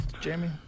Jamie